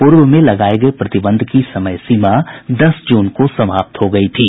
पूर्व में लगाये गये प्रतिबंध की समयसीमा दस जून को समाप्त हो गयी थी